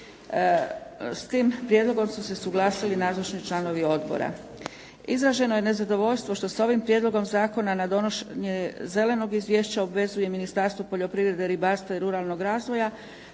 S tim prijedlogom su se usuglasili nazočni članovi odbora. Izraženo je nezadovoljstvo što s ovim prijedlogom zakona na donošenje zelenog izvješća obvezuje Ministarstvo poljoprivrede, ribarstva i ruralnog razvoja